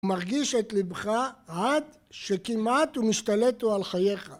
מרגיש את לבך עד שכמעט הוא משתלט הוא על חייך